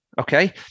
okay